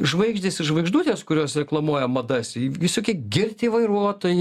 žvaigždės ir žvaigždutės kurios reklamuoja madas visokie girti vairuotojai